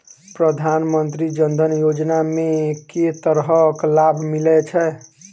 प्रधानमंत्री जनधन योजना मे केँ तरहक लाभ मिलय छै?